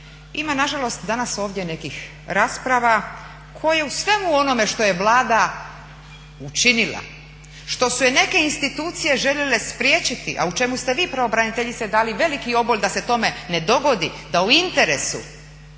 Ima nažalost danas ovdje nekih rasprava koje u svemu onome što je Vlada učinila, što su je neke institucije željele spriječiti, a u čemu ste vi pravobraniteljice dali veliki obol da se tome ne dogodi, da u interesu